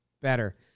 Better